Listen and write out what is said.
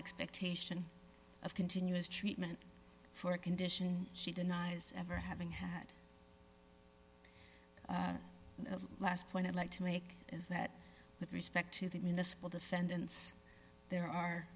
expectation of continuous treatment for a condition she denies ever having had the last point i'd like to make is that with respect to the municipal defendants the